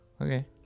Okay